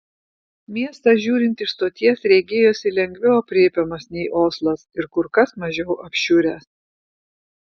miestas žiūrint iš stoties regėjosi lengviau aprėpiamas nei oslas ir kur kas mažiau apšiuręs